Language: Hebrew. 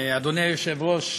אדוני היושב-ראש,